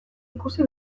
ikusi